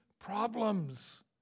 problems